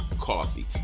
Coffee